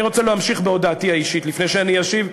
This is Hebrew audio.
אני רוצה להמשיך בהודעתי האישית לפני שאני אשיב.